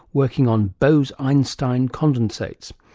working on bose-einstein condensates.